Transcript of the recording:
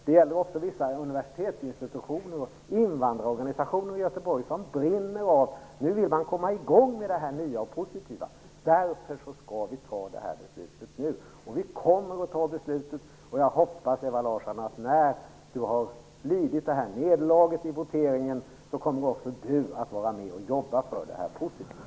Det gäller också vissa universitetsinstitutioner och invandrarorganisationer i Göteborg, som brinner av lust att komma i gång med det här nya och positiva. Därför skall vi fatta beslutet nu, och vi kommer att fatta det. Jag hoppas att också Ewa Larsson, när hon har lidit nederlaget i voteringen, kommer att vara med och jobba positivt för detta.